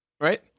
right